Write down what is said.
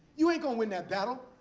you ain't going win that battle.